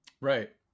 Right